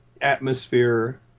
atmosphere